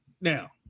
now